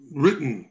written